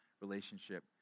relationship